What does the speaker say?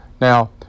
now